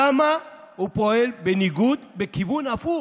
למה הוא פועל בניגוד, בכיוון ההפוך?